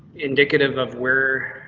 indicative of where,